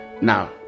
Now